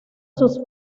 sus